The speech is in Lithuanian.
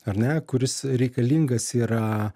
ar ne kuris reikalingas yra